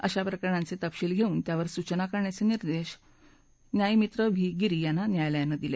अशा प्रकरणांचे तपशील घेऊन त्यावर सूचना करण्याचे निर्देश न्यायमित्र व्ही गिरी यांना न्यायालयानं दिले